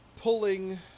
pulling